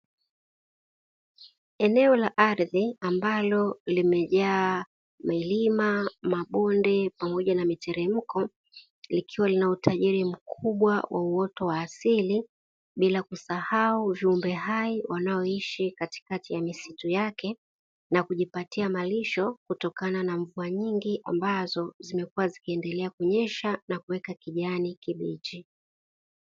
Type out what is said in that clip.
Eneo la ardhi ambalo limejaa milima, mabonde, pamoja na miteremko; likiwa na utajiri mkubwa wa uoto wa asili, bila kusahau viumbe hai wanaoishi katikati ya misitu yake, na kujipatia malisho kutokana na mvua nyingi ambazo zimekuwa zikiendelea kunyesha na kuweka kijani kibichi.